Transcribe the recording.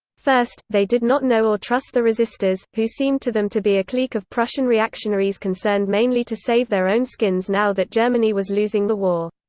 first, they did not know or trust the resisters, who seemed to them to be a clique of prussian reactionaries concerned mainly to save their own skins now that germany was losing the war.